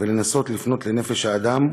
ולנסות לפנות לנפש האדם.